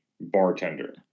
bartender